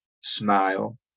smile